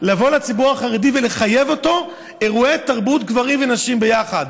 לבוא לציבור החרדי ולחייב אותו באירועי תרבות גברים ונשים ביחד,